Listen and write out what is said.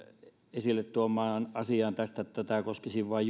esille tuomaan asiaan tästä että tämä koskisi vain